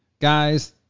guys